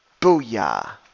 Booyah